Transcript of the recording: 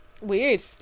weird